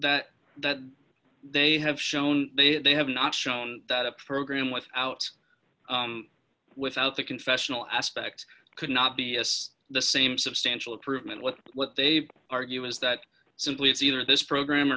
that that they have shown they have not shown that a program without without the confessional aspect could not be the same substantial improvement what what they argue is that simply it's either this program